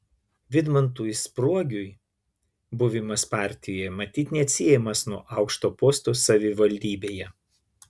vidmantui spruogiui buvimas partijoje matyt neatsiejamas nuo aukšto posto savivaldybėje